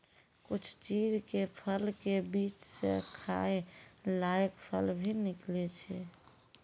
कुछ चीड़ के फल के बीच स खाय लायक फल भी निकलै छै